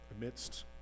Amidst